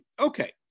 Okay